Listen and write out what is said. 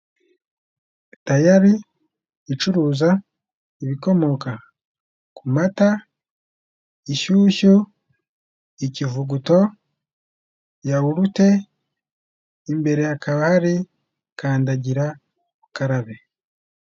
Dayari icuruza ibikomoka ku mata, ishyushyu, ikivuguto, yawurute. Imbere hakaba hari kandagira ukararabe.